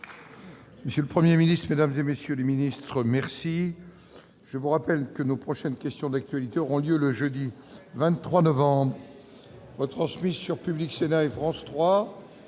Monsieur le 1er ministre dames et messieurs les Ministres, merci, je vous rappelle que nos prochaines questions d'actualité, auront lieu le jeudi 23 novembre retransmise sur Public Sénat et France 3